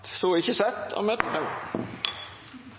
Så er ikke dette et